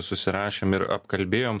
susirašėm ir apkalbėjom